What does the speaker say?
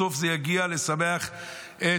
בסוף זה יגיע לשמח את